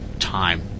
time